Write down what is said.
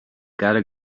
gotta